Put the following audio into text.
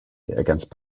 against